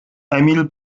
emil